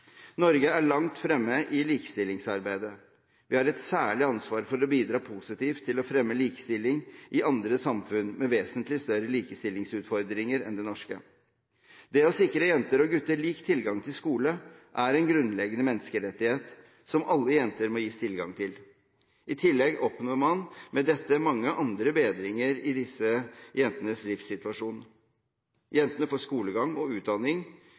Norge er langt fremme i likestillingsarbeidet. Vi har et særlig ansvar for å bidra positivt til å fremme likestilling i andre samfunn med vesentlig større likestillingsutfordringer enn det norske. Det å sikre jenter og gutter lik tilgang til skole er en grunnleggende menneskerettighet som alle jenter må gis tilgang til. I tillegg oppnår man med dette mange andre bedringer i disse jentenes livssituasjon. Jenter som får skolegang og utdanning,